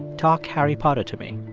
talk harry potter to me.